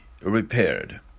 repaired